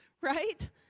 right